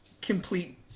complete